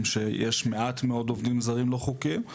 שיש מעט מאוד עובדים זרים לא חוקיים.